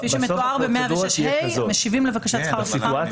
כפי שמתואר בסעיף 106ה, משיבים לבקשת שכר טרחה.